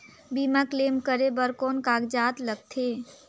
बीमा क्लेम करे बर कौन कागजात लगथे?